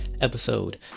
episode